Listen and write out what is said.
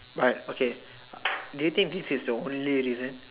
but okay do you think this is the only reason